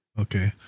Okay